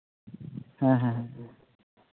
ᱦᱮᱸ ᱦᱮᱸ